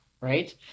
right